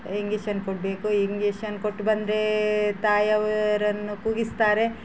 injection ಕೊಡಬೇಕು injection ಕೊಟ್ಟು ಬಂದ್ರೆ ತಾಯಿ ಅವರನ್ನು ಕೂಗಿಸ್ತಾರೆ